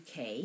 UK